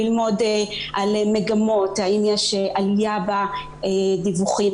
ללמוד על מגמות: האם יש עלייה בדיווחים,